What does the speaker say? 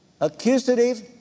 Accusative